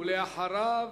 ואחריו,